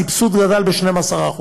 הסבסוד השנתי גדל ב-12%,